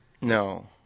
No